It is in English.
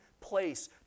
place